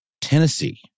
Tennessee